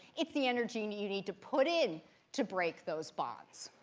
it's the energy and you need to put in to break those bonds.